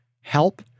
Help